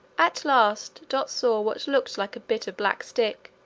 at last dot saw what looked like a bit of black stick,